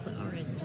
orange